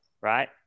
right